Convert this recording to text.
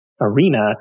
arena